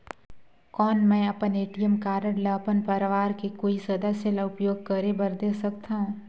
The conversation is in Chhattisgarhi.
कौन मैं अपन ए.टी.एम कारड ल अपन परवार के कोई सदस्य ल उपयोग करे बर दे सकथव?